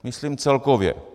Myslím celkově.